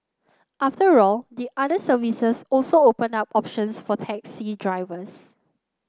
after all the other services also open up options for taxi drivers